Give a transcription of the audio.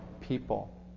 people